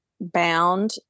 bound